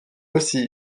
aussi